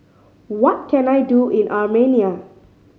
what can I do in Armenia